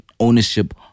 ownership